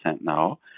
now